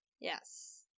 Yes